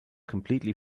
completely